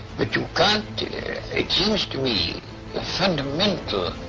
but you can't it seems to me the fundamental